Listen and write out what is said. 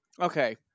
okay